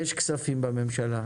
יש כספים בממשלה.